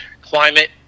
climate